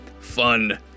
Fun